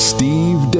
Steve